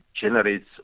generates